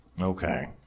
Okay